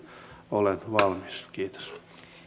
olen valmis kiitos